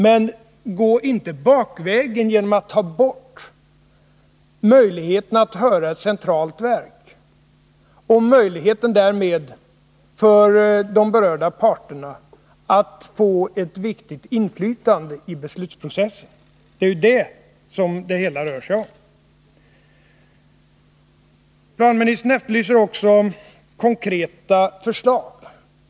Men gå inte bakvägen genom att ta bort möjligheten att höra ett centralt verk och möjligheten därmed för de berörda parterna att få ett viktigt inflytande i beslutsprocessen. Det är ju detta som det hela rör sig om. Planministern efterlyser också konkreta förslag.